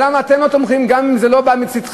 אבל למה אתם לא תומכים גם אם זה לא בא מצדכם?